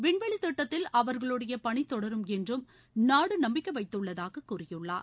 விண்வெளி திட்டத்தில் அவர்களுடைய பணி தொடரும் என்று நாடு நம்பிக்கை வைத்துள்ளதாக கூறியுள்ளார்